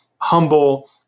humble